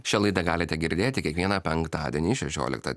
šią laidą galite girdėti kiekvieną penktadienį šešioliktą